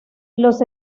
los